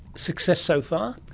success so far?